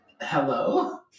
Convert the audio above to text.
hello